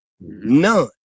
None